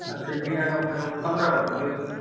अब सीढ़ियाँ कम से कम पंद्रह बनेंगी उसमें